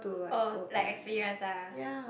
oh like experience ah